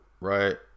right